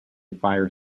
fire